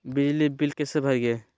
बिजली बिल कैसे भरिए?